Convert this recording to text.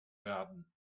werden